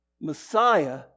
Messiah